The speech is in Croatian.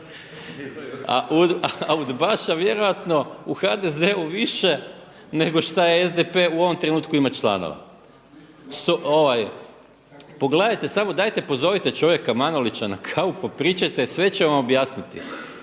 A udbaša je vjerojatno u HDZ-u više nego što SDP-u u ovom trenutku ima članova. Pogledajte samo, dajte pozovite čovjeka Manolića na kavu, popričajte, sve će vam objasniti.